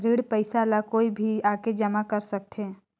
ऋण पईसा ला कोई भी आके जमा कर सकथे?